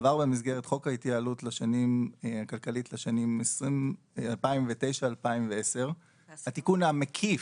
עבר במסגרת חוק ההתייעלות הכלכלית לשנים 2009 2010 התיקון המקיף,